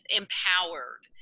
empowered